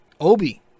Obi